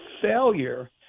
failure